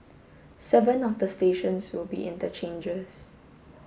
seven of the stations will be interchanges